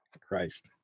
Christ